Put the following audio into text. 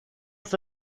fue